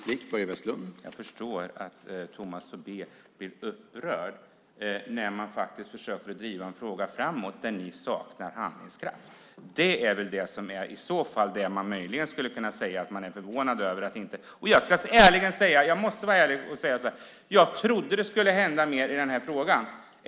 Herr talman! Jag förstår att Tomas Tobé blir upprörd när vi faktiskt försöker att driva en fråga framåt där ni saknar handlingskraft. Jag måste vara ärlig och säga att jag trodde att det skulle hända mer i den här frågan!